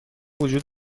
وجود